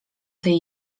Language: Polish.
tej